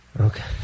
Okay